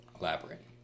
Elaborate